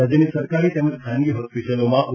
રાજ્યની સરકારી તેમજ ખાનગી હોસ્પિટલોમાં ઓ